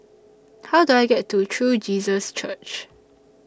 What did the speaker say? How Do I get to True Jesus Church